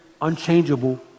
unchangeable